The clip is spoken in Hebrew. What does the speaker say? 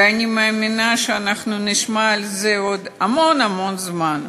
ואני מאמינה שאנחנו נשמע על זה עוד המון המון זמן.